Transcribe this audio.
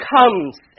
comes